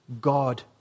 God